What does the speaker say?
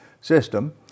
system